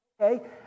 Okay